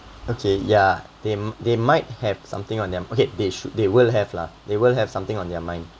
okay ya they they might have something on them okay they should they will have lah they will have something on their mind